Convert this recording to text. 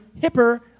hipper